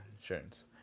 insurance